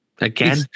again